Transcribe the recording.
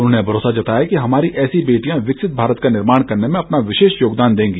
उन्होंने भरोसा जताया कि हमारी ऐसी बेटियां विकसित भारत का निर्माण करने में अपना विशेष योगदान देंगे